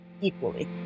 equally